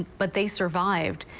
but they survived.